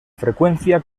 frecuencia